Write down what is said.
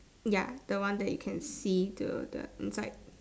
ya the one that you can see the the inside